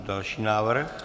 Další návrh.